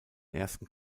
ersten